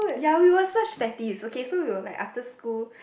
ya we were such fatties okay so we will like after school